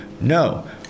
no